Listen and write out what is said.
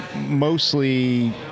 mostly